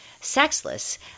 sexless